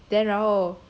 drama right